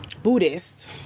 buddhist